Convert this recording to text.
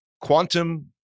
quantum